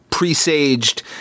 Presaged